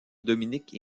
dominique